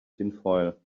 tinfoil